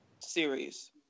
series